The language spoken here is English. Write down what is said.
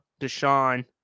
Deshaun